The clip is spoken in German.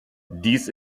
dies